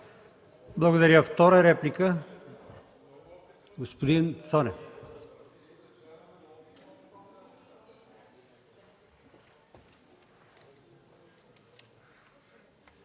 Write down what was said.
Благодаря. Втора реплика? Господин Цонев.